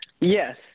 Yes